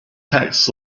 tax